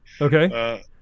Okay